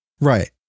Right